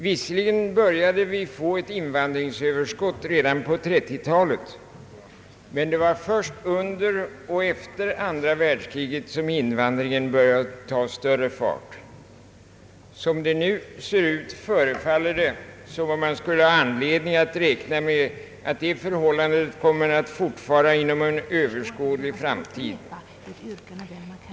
Visserligen började vi få ett invandringsöverskott redan på 1930-talet, men det var först under och efter andra världskriget som invandringen började ta större fart. Som det nu ser ut förefaller det som om det finns anledning räkna med att det nuvarande förhållandet kommer att fortfara under en överskådlig framtid.